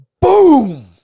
Boom